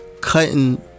cutting